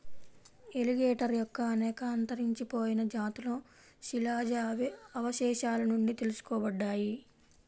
alligator యొక్క అనేక అంతరించిపోయిన జాతులు శిలాజ అవశేషాల నుండి తెలుసుకోబడ్డాయి